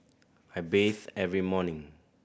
I bathe every morning